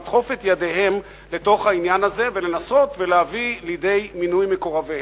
לדחוף את ידיהם לתוך העניין הזה ולנסות ולהביא לידי מינוי מקורביהם.